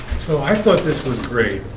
so i thought this was great